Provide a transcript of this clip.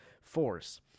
Force